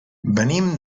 venim